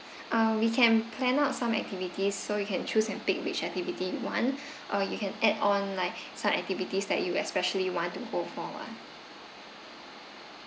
uh we can plan out some activities so you can choose and pick which activity you want or you can add on like some activities that you especially want to go for ah